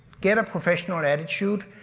get a professional attitude,